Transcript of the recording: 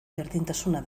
berdintasuna